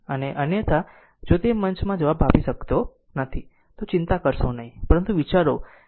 અને અન્યથા જો તે મંચમાં જવાબ આપી શકતો નથી તો ચિંતા કરશો નહીં પરંતુ વિચારો